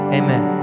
amen